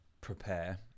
prepare